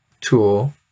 tool